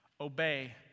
obey